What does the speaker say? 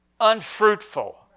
unfruitful